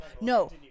no